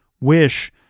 wish